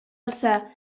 alçar